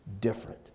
different